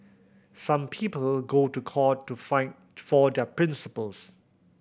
some people go to court to fight for their principles